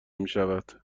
میشود